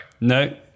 No